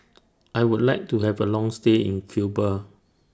I Would like to Have A Long stay in Cuba